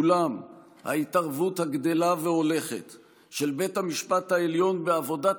אולם ההתערבות הגדלה והולכת של בית המשפט העליון בעבודת